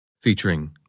featuring